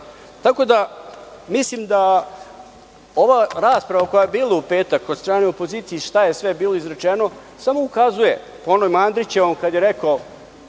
da, mislim da ova rasprava koja je bila u petak od strane opozicije i šta je sve bilo izrečeno samo ukazuje po onom Andrićevom kada je rekao